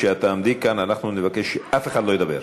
כשאת תעמדי כאן אנחנו נבקש שאף אחד לא ידבר.